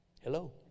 Hello